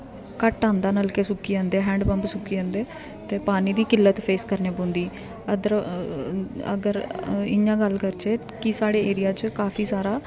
घट्ट आंदा नलके सुक्की जंदे हैंड पम्प सुक्की जंदे ते पानी दी किल्लत फेस करने पौंदी अदर अगर इ'यां गै गल्ल करचे कि साढ़े एरिया च काफी सारा